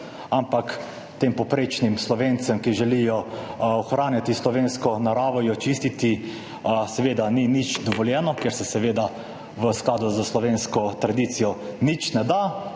ampak tem povprečnim Slovencem, ki želijo ohranjati slovensko naravo, jo čistiti, seveda ni nič dovoljeno, ker se v skladu s slovensko tradicijo nič ne da.